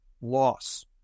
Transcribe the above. loss